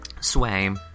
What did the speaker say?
sway